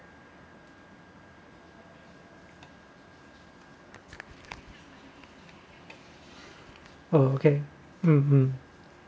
oh okay uh uh